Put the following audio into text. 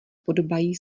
podobají